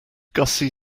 gussie